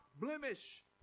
blemish